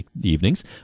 evenings